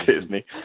Disney